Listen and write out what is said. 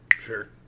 Sure